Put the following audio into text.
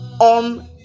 on